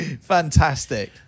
Fantastic